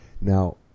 Now